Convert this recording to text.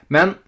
Men